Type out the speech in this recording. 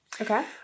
Okay